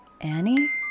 Annie